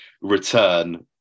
return